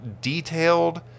detailed